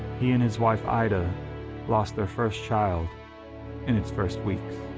he and his wife ida lost their first child in its first weeks.